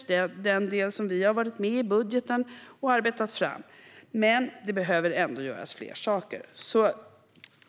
Det är en del i budgeten som vi i Vänsterpartiet har varit med och arbetat fram. Det behöver ändå göras fler saker.